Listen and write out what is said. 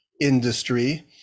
industry